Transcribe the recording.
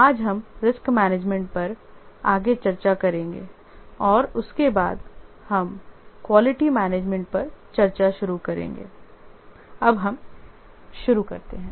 आज हम risk management पर आगे चर्चा करेंगे और उसके बाद हम क्वालिटी मैनेजमेंट पर चर्चा शुरू करेंगे अब हम शुरू करते हैं